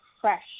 fresh